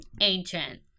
Ancient